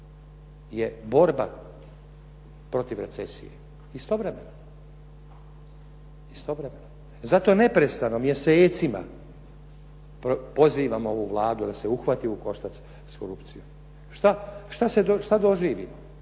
je borba protiv recesije, istovremeno. Zato neprestano mjesecima pozivamo ovu Vladu da se uhvati u koštac s korupcijom. Šta doživimo?